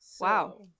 wow